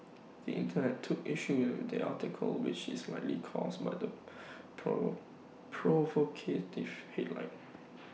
the Internet took issue with the article which is likely caused by the provocative headline